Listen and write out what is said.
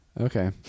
Okay